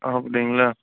அப்படிங்ளா